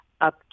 up